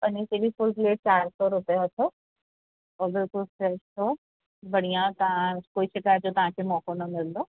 paneer chilli full plate चारि सौ रुपया अथव उहो बिल्कुलु फ़्रैश अथव बढ़िया तव्हां कोई शिकायत जो तव्हांखे मौक़ो न मिलंदो